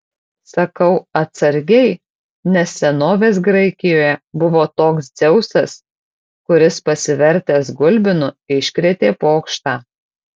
sakau atsargiai nes senovės graikijoje buvo toks dzeusas kuris pasivertęs gulbinu iškrėtė pokštą